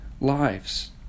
lives